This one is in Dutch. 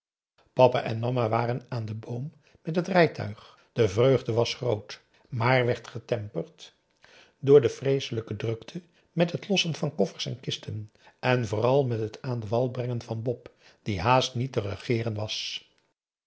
papa en mama waren aan den boom met het rijtuig de vreugde was groot maar werd getemperd door de p a daum hoe hij raad van indië werd onder ps maurits vreeselijke drukte met het lossen van koffers en kisten en vooral met het aan den wal brengen van bop die haast niet te regeeren was